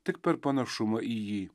tik per panašumą į jį